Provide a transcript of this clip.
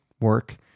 work